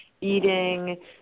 eating